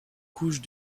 couche